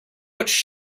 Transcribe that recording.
much